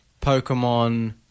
Pokemon